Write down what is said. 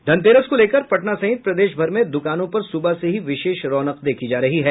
धनतेरस को लेकर पटना सहित प्रदेश भर में दुकानों पर सुबह से ही विशेष रौनक देखी जा रही है